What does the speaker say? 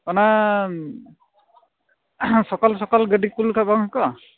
ᱚᱱᱟ ᱥᱚᱠᱟᱞ ᱥᱚᱠᱟᱞ ᱜᱟᱹᱰᱤ ᱠᱳᱞ ᱞᱮᱠᱷᱟᱡ ᱵᱟᱝ ᱦᱩᱭᱠᱚᱜᱼᱟ